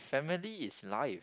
family is life